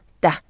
da